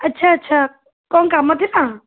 ଆଚ୍ଛା ଆଚ୍ଛା କ'ଣ କାମ ଥିଲା